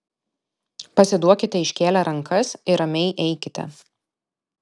pasiduokite iškėlę rankas ir ramiai eikite